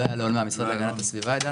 ההחלטה האחרונה של ועדת הכספים הייתה